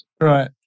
right